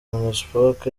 minispoc